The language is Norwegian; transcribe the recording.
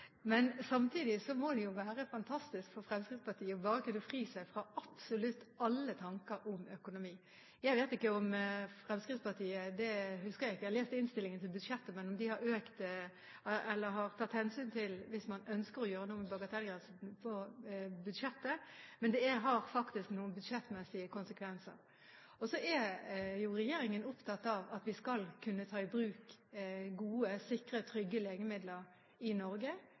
men helseminister. Det er faktisk veldig riktig. Samtidig må det være fantastisk for Fremskrittpartiet bare å kunne fri seg fra absolutt alle tanker om økonomi. Jeg vet ikke om Fremskrittspartiet – det husker jeg ikke, men jeg har lest innstillingen til budsjettet – har tatt hensyn til at hvis man ønsker å gjøre noe med bagatellgrensen i budsjettet, har det faktisk noen budsjettmessige konsekvenser. Regjeringen er opptatt av at vi skal kunne ta i bruk gode, sikre, trygge legemidler i Norge.